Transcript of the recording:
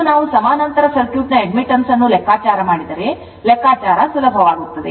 ಮೊದಲು ನಾವು ಸಮಾನಾಂತರ ಸರ್ಕ್ಯೂಟ್ನ admittance ಅನ್ನು ಲೆಕ್ಕಾಚಾರ ಮಾಡಿದರೆ ಲೆಕ್ಕಾಚಾರ ಸುಲಭವಾಗುತ್ತದೆ